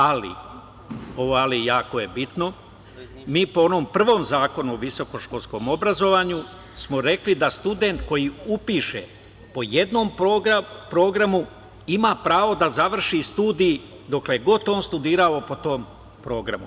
Ali, ovo „ali“ je jako bitno, mi po onom prvom Zakonu o visokoškolskom obrazovanju smo rekli da student koji upiše po jednom programu ima pravo da završi studije, dokle god on studirao, po tom programu.